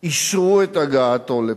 אישרו את הגעתו לפה.